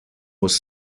was